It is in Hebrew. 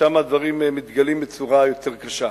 שם הדברים מתגלים בצורה יותר קשה.